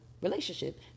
relationship